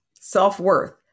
Self-worth